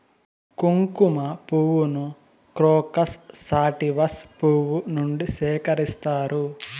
కుంకుమ పువ్వును crocus sativus పువ్వు నుండి సేకరిస్తారు